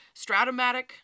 stratomatic